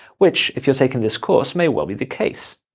which, if you're taking this course, may well be the case!